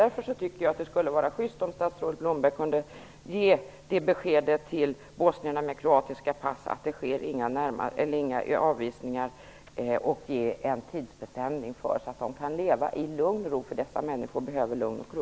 Därför tycker jag att det skulle vara sjyst om statsrådet Blomberg kunde ge besked till bosnierna med kroatiska pass om att det inte sker några avvisningar och ge en tidsbestämning för detta så att de kan leva i lugn och ro. Dessa människor behöver lugn och ro.